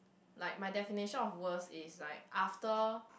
like my definition of worst is like after